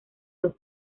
dos